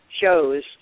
shows